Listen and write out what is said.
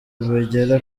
bigera